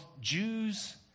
Jews